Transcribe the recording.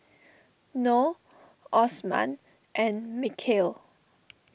Noh Osman and Mikhail